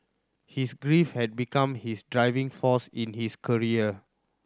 his grief had become his driving force in his career